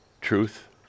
truth